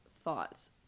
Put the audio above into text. thoughts